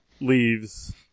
leaves